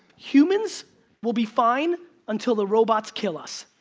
humans will be fine until the robots kill us.